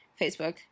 Facebook